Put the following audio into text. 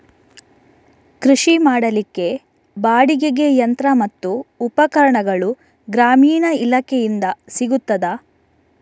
ಕೃಷಿ ಮಾಡಲಿಕ್ಕೆ ಬಾಡಿಗೆಗೆ ಯಂತ್ರ ಮತ್ತು ಉಪಕರಣಗಳು ಗ್ರಾಮೀಣ ಇಲಾಖೆಯಿಂದ ಸಿಗುತ್ತದಾ?